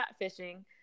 catfishing